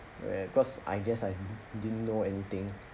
where cause I guess I didn't know anything